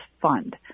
fund